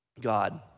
God